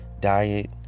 diet